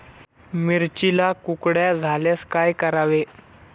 मिरचीला कुकड्या झाल्यास काय करावे?